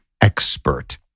expert